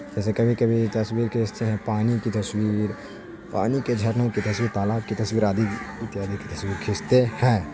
جیسے کبھی کبھی تصویر کھینچتے ہیں پانی کی تصویر پانی کے جھرنوں کی تصویر تالاب کی تصویر آدی اتیادی کی تصویر کھینچتے ہیں